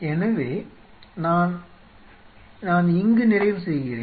எனவே நான் நான் இங்கு நிறைவு செய்கிறேன்